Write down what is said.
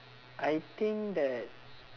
I think that